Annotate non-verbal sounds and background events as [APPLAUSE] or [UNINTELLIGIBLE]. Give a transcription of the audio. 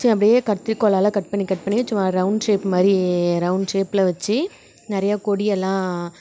[UNINTELLIGIBLE] அப்படியே கத்திரிக்கோலால் கட் பண்ணி கட் பண்ணி சும்மா ரவுண்ட் ஷேப் மாதிரி ரவுண்ட் ஷேப்பில் வச்சு நிறைய கொடியெல்லாம்